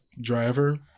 driver